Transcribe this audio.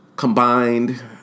combined